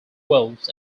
wales